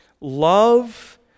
Love